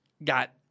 Got